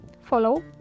follow